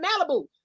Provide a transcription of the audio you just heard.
Malibu